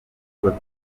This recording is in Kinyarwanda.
kibazo